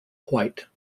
quite